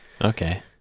Okay